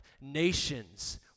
Nations